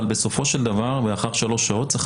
אבל בסופו של דבר לאחר שלוש שעות צריך